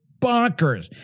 bonkers